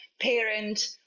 parent